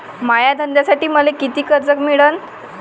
माया धंद्यासाठी मले कितीक कर्ज मिळनं?